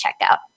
checkout